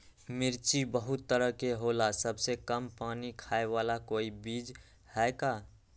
मिर्ची बहुत तरह के होला सबसे कम पानी खाए वाला कोई बीज है का?